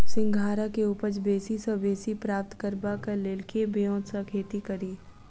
सिंघाड़ा केँ उपज बेसी सऽ बेसी प्राप्त करबाक लेल केँ ब्योंत सऽ खेती कड़ी?